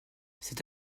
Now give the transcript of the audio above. cet